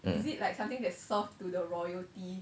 mm